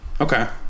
Okay